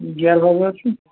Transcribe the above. گیرٕ بغٲر چھُ